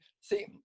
see